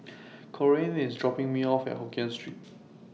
Corene IS dropping Me off At Hokien Street